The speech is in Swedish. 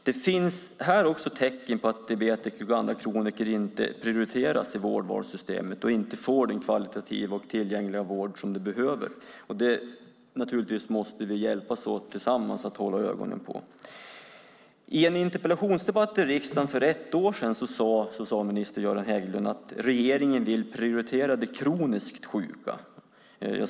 Det finns tecken på att diabetiker och andra kroniker inte prioriteras i vårdvalssystemet och inte får den högkvalitativa vård de behöver. Vi måste naturligtvis hjälpas åt att hålla ögonen på det. I en interpellationsdebatt för ett år sedan sade socialminister Göran Hägglund att regeringen ville prioritera de kroniskt sjuka.